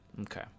Okay